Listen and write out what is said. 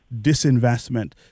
disinvestment